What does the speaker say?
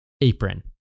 apron